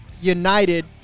United